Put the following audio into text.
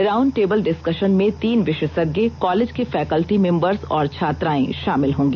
round table discussion में तीन विषेषज्ञ कॉलेज के फैंकेल्टी मेंबर्स और छात्राएं शामिल होंगी